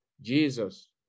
Jesus